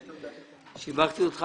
תודה רבה.